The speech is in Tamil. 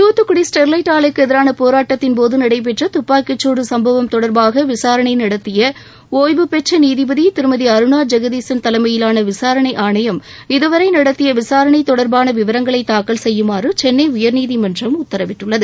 தூத்துக்குடி ஸ்டெர்வைட் ஆலைக்கு எதிரான போராடத்தின்போது நடைபெற்ற துப்பாக்கிச் சூடு சுப்பவம் தொடர்பாக விசாரணை நடத்திய ஒய்வுபெற்ற நீதிபதி திருமதி அருணா ஜெகதீசன் தலைமையிலான விசாரணை ஆணையம் இதுவரை நடத்திய விசாரணை தொடர்பான விவரங்களை தாக்கல் செய்யுமாறு சென்னை உயர்நீதிமன்றம் உத்தரவிட்டுள்ளது